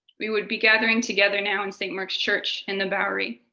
we would be gathering together now in st. mark's church in the bowery.